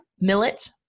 millet